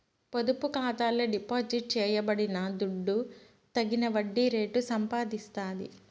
పొదుపు ఖాతాల డిపాజిట్ చేయబడిన దుడ్డు తగిన వడ్డీ రేటు సంపాదిస్తాది